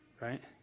Right